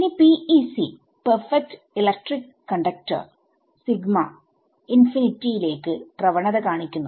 ഇനി PEC perfect electric conductor sigma infinity യിലേക്ക് പ്രവണത കാണിക്കുന്നു